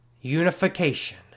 Unification